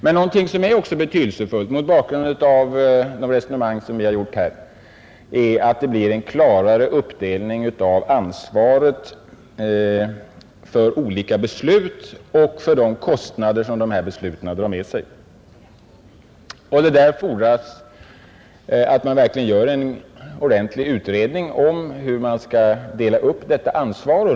Vad som också är betydelsefullt, är att det blir en klarare uppdelning av ansvaret för olika beslut och för de kostnader som dessa drar med sig. Det fordras att man gör en ordentlig utredning om hur man skall dela upp detta ansvar.